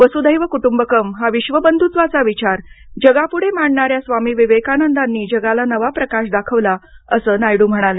वसुधैव कुटुंबकम हा विश्वबंधुत्वाचा विचार जगापुढे मांडणाऱ्या स्वामी विवेकानंदांनी जगाला नवा प्रकाश दाखवला असं नायडू म्हणाले